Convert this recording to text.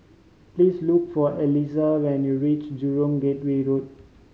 please look for Elyse when you reach Jurong Gateway Road